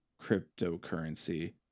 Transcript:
cryptocurrency